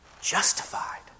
Justified